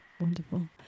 Wonderful